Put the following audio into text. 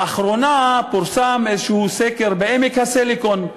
לאחרונה פורסם סקר כלשהו בעמק הסיליקון,